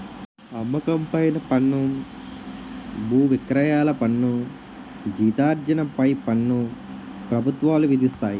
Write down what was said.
అమ్మకం పైన పన్ను బువిక్రయాల పన్ను జీతార్జన పై పన్ను ప్రభుత్వాలు విధిస్తాయి